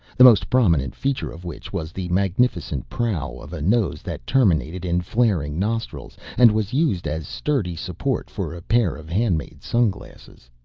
the most prominent feature of which was the magnificent prow of a nose that terminated in flaring nostrils and was used as sturdy support for a pair of handmade sunglasses.